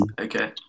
Okay